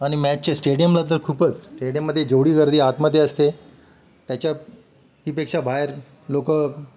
आणि मॅचचे स्टेडियमला तर खूपच स्टेडियममध्ये जेवढी गर्दी आतमध्ये असते त्याच्यापेक्षा बाहेर लोक